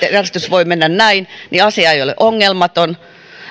voi mennä näin niin asia ei ole ongelmaton